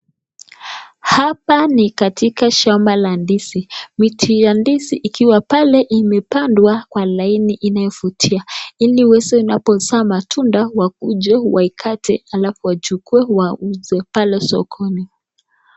Hapa ni katika shamba la ndizi. Miti ya ndizi ikiwa pale imepandwa kwa laini inayovutia ili inapozaa matunda wakuje waikate ili wauze pale sokoni.